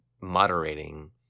moderating